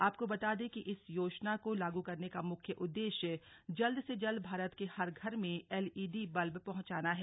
आप को बता दें कि इस योजना को लागू करने का मुख्य उदेश्य जल्द से जल्द भारत के हर घर में एल ई डी बल्ब पहुँचाना है